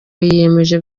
yiyemeje